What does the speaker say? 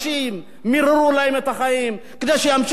מיררו להם את החיים כדי שימשיכו לפחד.